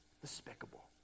despicable